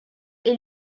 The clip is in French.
est